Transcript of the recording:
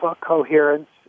coherence